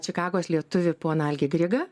čikagos lietuvį poną algį grigą